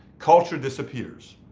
culture disappears.